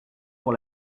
pour